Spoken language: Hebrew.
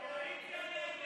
ההצעה להעביר